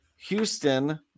Houston